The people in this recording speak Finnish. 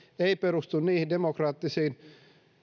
ei perustu niihin demokraattisiin